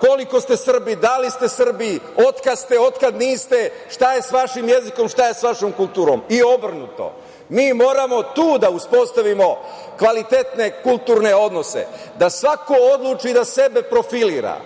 koliko ste Srbi, da li ste Srbi, od kada ste, od kada niste, šta je sa vašim jezikom, šta je sa vašom kulturom i obrnuto. Mi moramo tu da uspostavimo kvalitetne kulturne odnose, da svako odluči da sebe profilira.